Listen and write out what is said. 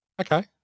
Okay